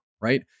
right